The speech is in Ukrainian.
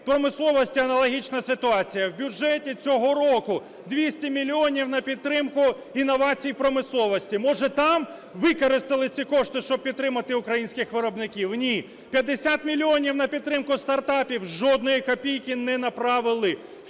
промисловості аналогічна ситуація. В бюджеті цього року 200 мільйонів на підтримку інновацій промисловості. Може там використали ці кошти, щоб підтримати українських виробників? Ні. 50 мільйонів на підтримку стартапів – жодної копійки не направили,